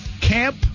Camp